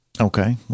Okay